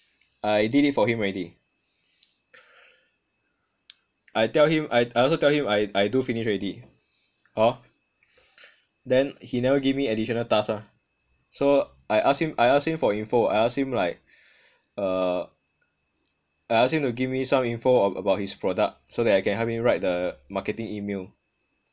I did it for him already I tell him I I also tell him I do finish already hor then he never give me additional task ah so I ask him I ask him for info I ask him like uh I ask him to give me some info about his product so that I can help him write the marketing email